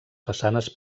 façanes